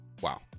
wow